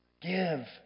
give